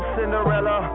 Cinderella